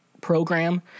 program